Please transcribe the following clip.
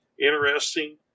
interesting